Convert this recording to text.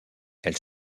elle